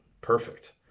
Perfect